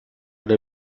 der